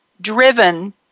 driven